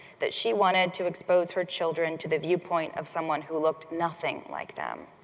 that she wanted to expose her children to the viewpoint of someone who looked nothing like them.